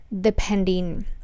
depending